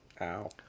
Ow